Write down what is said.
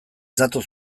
datoz